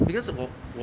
because 我我